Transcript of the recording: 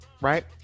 Right